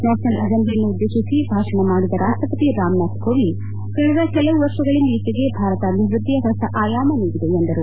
ನ್ಶಾಷನಲ್ ಅಸೆಂಬ್ಲಿಯನ್ನುದ್ದೇತಿಸಿ ಭಾಷಣ ಮಾಡಿದ ರಾಷ್ಟಪತಿ ರಾಮನಾಥ್ ಕೋಎಂದ್ ಕಳೆದ ಕೆಲವು ವರ್ಷಗಳಂದೀಚೆಗೆ ಭಾರತ ಅಭಿವೃದ್ಧಿಗೆ ಹೊಸ ಆಯಾಮ ನೀಡಿದೆ ಎಂದರು